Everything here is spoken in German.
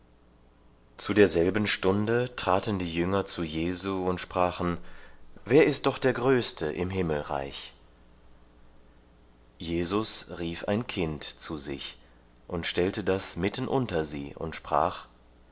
zu derselben stunde traten die jünger zu jesu und sprachen wer ist doch der größte im himmelreich jesus rief ein kind zu sich und stellte das mitten unter sie und sprach